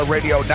Radio